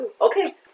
Okay